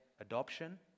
adoption